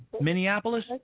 Minneapolis